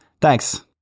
Thanks